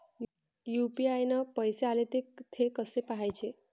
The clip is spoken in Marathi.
यू.पी.आय न पैसे आले, थे कसे पाहाचे?